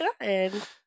good